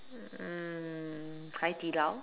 um Hai-Di-Lao